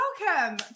welcome